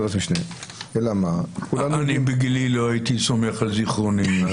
אני בגילי לא הייתי סומך על זכרוני.